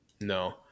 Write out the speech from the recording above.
No